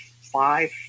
five